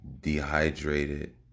dehydrated